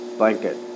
blanket